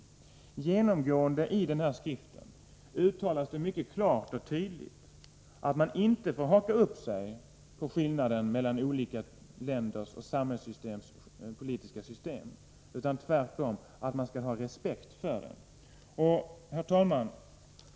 Genomgående i den här skriften uttalas det mycket klart och tydligt att man inte får haka upp sig på skillnaden mellan olika länders samhällssystem och politiska system, utan man skall tvärtom respektera detta. Herr talman!